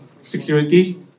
security